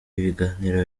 ibiganiro